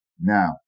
Now